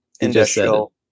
Industrial